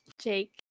jake